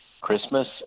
Christmas